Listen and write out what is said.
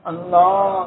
Allah